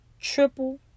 triple